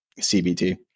CBT